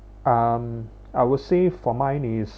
um I would say for mine is